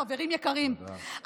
חברים יקרים,